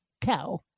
cow